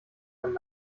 einen